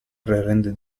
rende